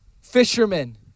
fishermen